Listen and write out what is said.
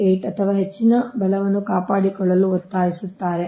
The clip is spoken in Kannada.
8 ಅಥವಾ ಹೆಚ್ಚಿನ ಬಲವನ್ನು ಕಾಪಾಡಿಕೊಳ್ಳಲು ಒತ್ತಾಯಿಸುತ್ತಾರೆ